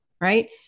right